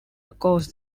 across